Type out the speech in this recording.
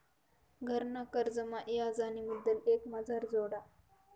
घरना कर्जमा याज आणि मुदल एकमाझार जोडा